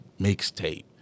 mixtape